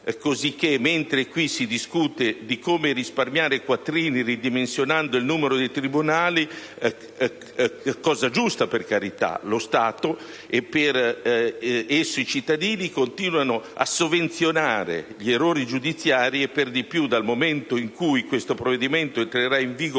cosìcché, mentre qui si discute di come risparmiare quattrini ridimensionando il numero dei tribunali - cosa giusta, per carità - lo Stato e per esso i cittadini continuano a sovvenzionare gli errori giudiziari e, per di più dal momento in cui questo provvedimento entrerà in vigore,